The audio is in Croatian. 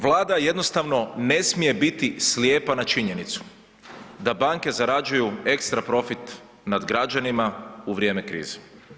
Vlada jednostavno ne smije biti slijepa na činjenicu da banke zarađuju ekstra profit nad građanima u vrijeme krize.